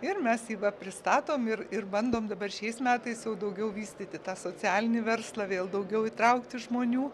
ir mes jį va pristatom ir ir bandom dabar šiais metais jau daugiau vystyti tą socialinį verslą vėl daugiau įtraukti žmonių